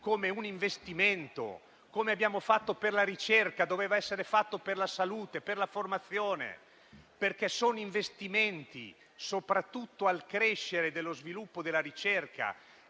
come un investimento. Come abbiamo fatto per la ricerca doveva essere fatto per la salute, per la formazione, perché sono investimenti soprattutto al crescere dello sviluppo della ricerca.